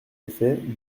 effet